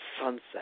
sunset